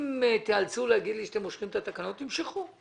אם תאלצו לומר לי שאתם מושכים את התקנות, תמשכו.